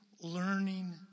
learning